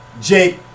Jake